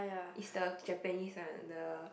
is the Japanese one the